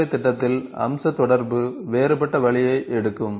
செயல்முறைத் திட்டத்தில் அம்ச தொடர்பு வேறுபட்ட வழியை எடுக்கும்